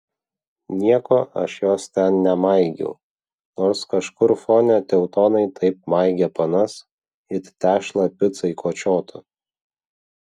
nieko aš jos ten nemaigiau nors kažkur fone teutonai taip maigė panas it tešlą picai kočiotų